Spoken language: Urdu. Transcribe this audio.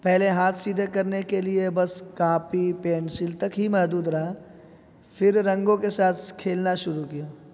پہلے ہاتھ سیدھے کرنے کے لیے بس کاپی پینسل تک ہی محدود رہا پھر رنگوں کے ساتھ کھیلنا شروع کیا